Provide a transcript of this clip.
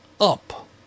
up